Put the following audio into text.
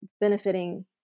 benefiting